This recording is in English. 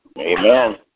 Amen